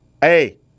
Hey